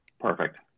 Perfect